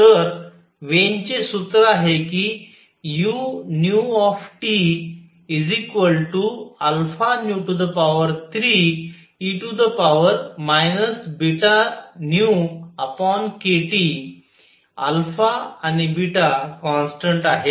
तर वेन चे सूत्र आहे की u α3e βνkT आणि कॉन्स्टन्ट आहेत